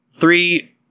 three